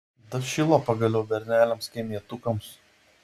dašilo pagaliau berneliams kaimietukams